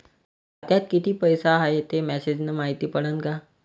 खात्यात किती पैसा हाय ते मेसेज न मायती पडन का?